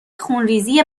خونریزی